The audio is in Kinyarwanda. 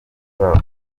zabo